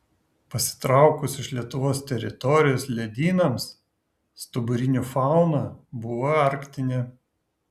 pasitraukus iš lietuvos teritorijos ledynams stuburinių fauna buvo arktinė